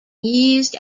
used